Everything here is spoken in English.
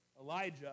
Elijah